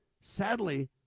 sadly